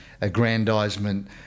aggrandizement